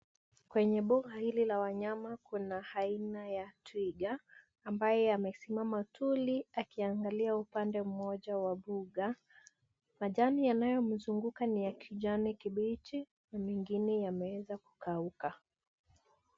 Kwenye mbuga hili la wanyama kuna aina ya twiga ambaye amesimama tuli akiangalia upande mmoja wa mbuga. Majani yanayomzunguka ni ya kijani kibichi na mengine yameweza kukauka.